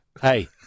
Hey